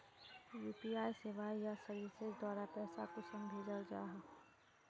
UPI सेवाएँ या services द्वारा पैसा कुंसम भेजाल जाहा?